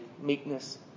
meekness